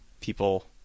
people